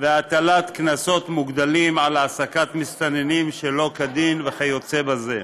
הטלת קנסות מוגדלים על העסקת מסתננים שלא כדין וכיוצא בזה.